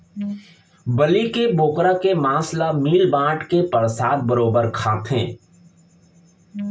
बलि के बोकरा के मांस ल मिल बांट के परसाद बरोबर खाथें